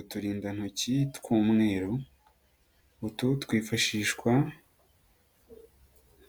Uturindantoki tw'umweru, utu twifashishwa